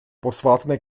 posvátné